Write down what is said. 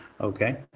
Okay